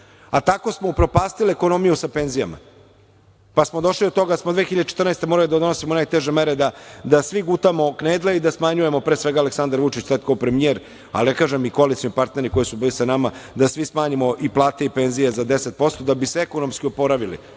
A tako smo upropastili ekonomiju sa penzijama. Pa smo došli do toga da smo 2014. godine morali da donosimo najteže mere, da svi gutamo knedle i da smanjujemo, pre svega Aleksandar Vučić, kao premijer, a da kažem i koalicioni partneri koji su bili sa nama, da svi smanjimo i plate i penzije za deset posto da bi se ekonomski oporavili